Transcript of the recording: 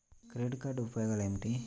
Credit card ఉపయోగాలు ఏమిటి?